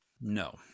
no